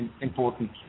important